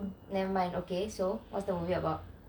never mind so what was the movie about